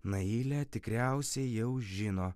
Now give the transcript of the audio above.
nailė tikriausiai jau žino